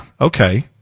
Okay